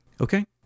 Okay